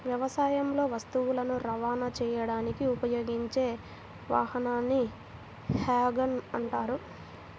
వ్యవసాయంలో వస్తువులను రవాణా చేయడానికి ఉపయోగించే వాహనాన్ని వ్యాగన్ అంటారు